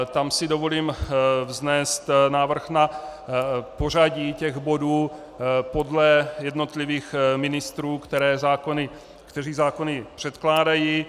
Tam si dovolím vznést návrh na pořadí těch bodů podle jednotlivých ministrů, kteří zákony předkládají.